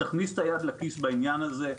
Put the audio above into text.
תכניס את היד לכיס בעניין הזה,